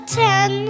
ten